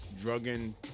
drugging